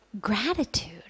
gratitude